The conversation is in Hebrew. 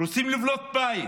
רוצים לבנות בית